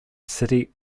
city